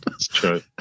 true